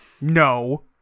no